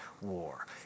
war